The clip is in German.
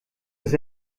ist